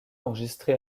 enregistré